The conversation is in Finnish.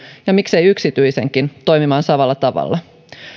ja miksei yksityiselläkin toimimaan samalla tavalla